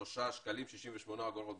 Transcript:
1,243.68 ₪ בחודש.